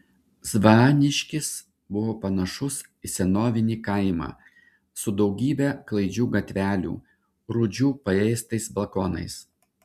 zvaniškis buvo panašus į senovinį kaimą su daugybe klaidžių gatvelių rūdžių paėstais balkonais